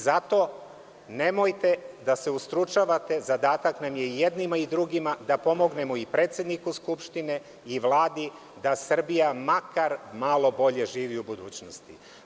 Zato nemojte da se ustručavate, zadatak nam je i jednima i drugima da pomognemo i predsedniku Skupštine i Vladi, da Srbija makar malo bolje živi u budućnosti.